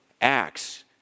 acts